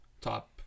top